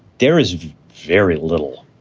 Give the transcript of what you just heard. there is very little.